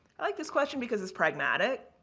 like this question because it's pragmatic.